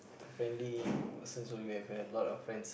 friendly person so you have have a lot of friends